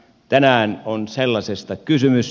tänään on sellaisesta kysymys